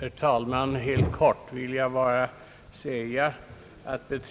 Herr talman! Jag vill bara helt kort påpeka att